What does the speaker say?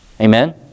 Amen